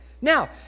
Now